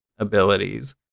abilities